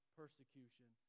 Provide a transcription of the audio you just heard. persecution